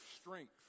strength